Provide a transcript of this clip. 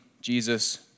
Jesus